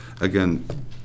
Again